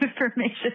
information